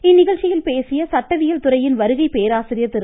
இந்நிகழ்ச்சியில் பேசிய சட்டவியல் துறையின் வருகை பேராசிரியர் திரு